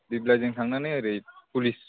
दिप्लाइजों थांनानै ओरै पुलिस